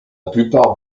plupart